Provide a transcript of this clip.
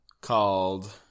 called